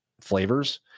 flavors